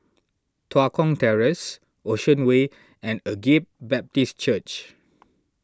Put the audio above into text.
Tua Kong Terrace Ocean Way and Agape Baptist Church